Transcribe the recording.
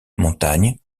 montagne